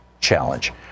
challenge